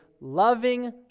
loving